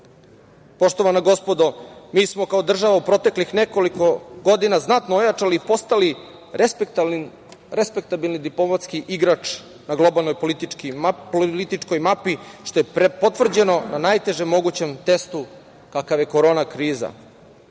prošlosti. Poštovana gospodo, mi smo kao država u proteklih nekoliko godina znatno ojačali i postali respektabilni diplomatski igrač na globalnoj političkoj mapi, što je potvrđeno na najtežem mogućem testu kakav je korona kriza.